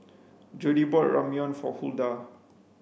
Jody bought Ramyeon for Huldah